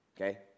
okay